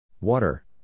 Water